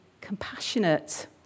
compassionate